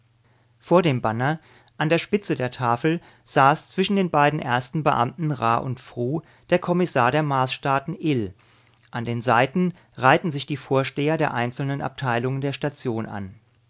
vor dem banner an der spitze der tafel saß zwischen den beiden ersten beamten ra und fru der kommissar der marsstaaten ill an den seiten reihten sich die vorsteher der einzelnen abteilungen der station an